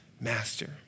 master